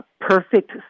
perfect